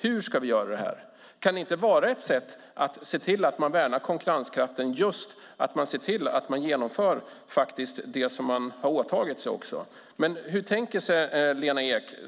vi ska göra detta. Att genomföra det som man har åtagit sig - kan inte det vara ett sätt att se till att man värnar konkurrenskraften? Hur tänker sig Lena Ek detta?